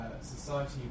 Society